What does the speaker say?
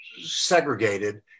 segregated